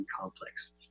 complex